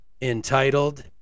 Entitled